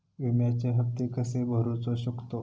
विम्याचे हप्ते कसे भरूचो शकतो?